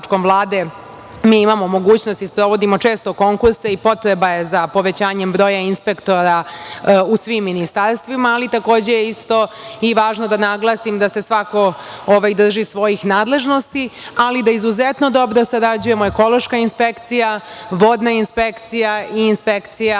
mi imamo mogućnost i sprovodimo često konkurse i potreba je za povećanjem broja inspektora u svim ministarstvima, ali takođe je važno da naglasim da se svako drži svojih nadležnosti, ali da izuzetno dobro sarađujemo ekološka inspekcija, vodna inspekcija i inspekcija